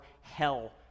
hell